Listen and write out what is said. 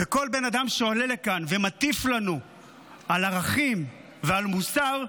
וכל בן אדם שעולה לכאן ומטיף לנו על ערכים ועל מוסר,